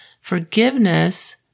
forgiveness